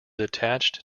attached